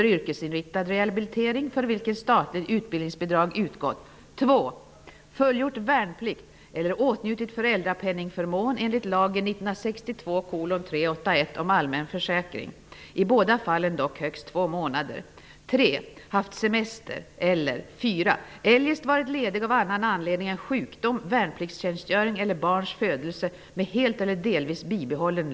Då omvandlas försäkringen till en pension. 80 % eller förlänga den tid under vilken ersättning kan utgå kan teckna en privat tilläggsförsäkring. Denna försäkring skall administreras helt av försäkringskassan. Jag anser att den framtida försäkringen bör vara uppbyggd enligt denna modell.